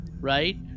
Right